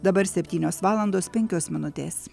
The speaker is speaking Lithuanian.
dabar septynios valandos penkios minutės